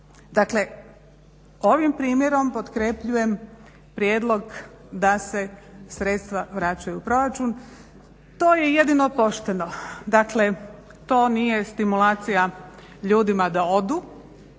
Dakle ovim primjerom potkrepljujem prijedlog da se sredstva vraćaju u proračun. To je jedino pošteno, to nije stimulacija ljudima da odu,